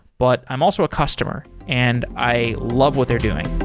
but i'm also a customer and i love what they're doing.